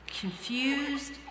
confused